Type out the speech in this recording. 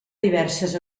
diverses